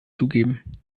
zugeben